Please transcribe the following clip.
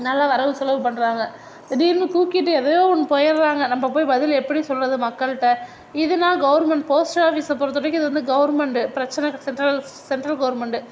நல்லா வரவு செலவு பண்ணுறாங்க திடீர்னு தூக்கிட்டு எதையோ ஒன்று போயிற்றாங்க நம்ப போய் பதில் எப்படி சொல்லுறது மக்கள்கிட்ட இதுன்னா கவுர்மெண்ட் போஸ்ட் ஆஃபீஸ்ச பொறுத்தவரைக்கும் இதுவந்து கவுர்மெண்ட்டு பிரச்சன சென்ட்ரல் சென்ட்ரல் கவுர்மெண்ட்டு